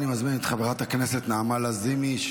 אני מזמין את חברת הכנסת נעמה לזימי,